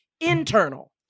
internal